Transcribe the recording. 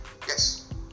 Yes